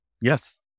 Yes